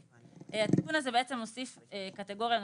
התיקון הזה בעצם מוסיף קטגוריה נוספת,